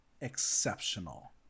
exceptional